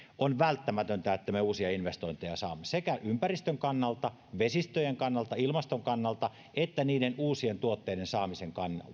on välttämätöntä että me saamme uusia investointeja sekä ympäristön kannalta vesistöjen kannalta ilmaston kannalta että niiden uusien tuotteiden saamisen kannalta